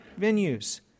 venues